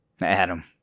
Adam